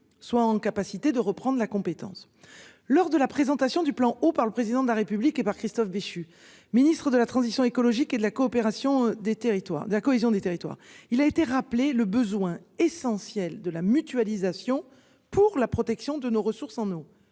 soit en capacité de reprendre la compétence, lors de la présentation du plan eau par le président de la République et par Christophe Béchu Ministre de la Transition écologique et de la coopération des territoires de la cohésion des territoires, il a été rappelé le besoin essentiel de la mutualisation pour la protection de nos ressources en eau